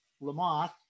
Lamont